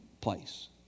place